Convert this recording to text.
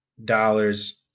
Dollars